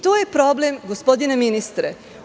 To je problem, gospodine ministre.